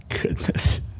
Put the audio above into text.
goodness